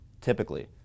typically